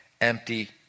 empty